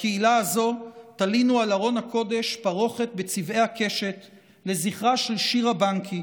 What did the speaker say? בקהילה הזאת תלינו על ארון הקודש פרוכת בצבעי הקשת לזכרה של שירה בנקי,